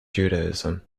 judaism